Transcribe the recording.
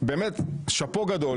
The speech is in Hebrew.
באמת שאפו גדול,